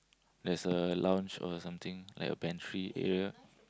there's a lounge or something like a pantry area